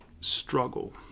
struggle